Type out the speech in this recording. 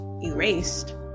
erased